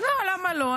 למה לא?